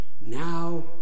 Now